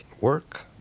Work